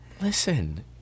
Listen